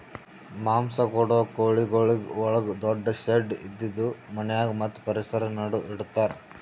ಮಾಂಸ ಕೊಡೋ ಕೋಳಿಗೊಳಿಗ್ ಒಳಗ ದೊಡ್ಡು ಶೆಡ್ ಇದ್ದಿದು ಮನ್ಯಾಗ ಮತ್ತ್ ಪರಿಸರ ನಡು ಇಡತಾರ್